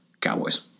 Cowboys